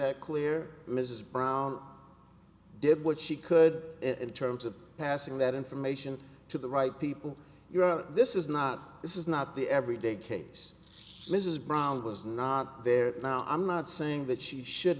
that clear mrs brown did what she could in terms of passing that information to the right people you are this is not this is not the every day case mrs brown was not there now i'm not saying that she should